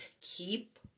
keep